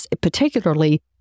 particularly